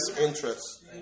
interests